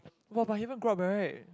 !wah! but he haven't grow up right